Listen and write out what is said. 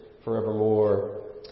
forevermore